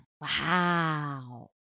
Wow